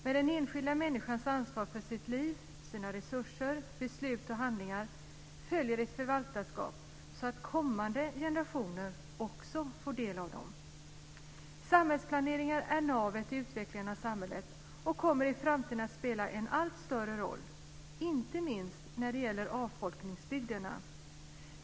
Med den enskilda människans ansvar för sitt liv, sina resurser, beslut och handlingar följer ett förvaltarskap så att kommande generationer också får del av dem. Samhällsplaneringen är navet i utvecklingen av samhället och kommer i framtiden att spela en allt större roll, inte minst när det gäller avfolkningsbygderna.